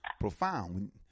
profound